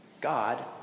God